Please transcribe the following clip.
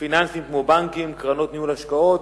פיננסיים כמו בנקים, קרנות ניהול השקעות,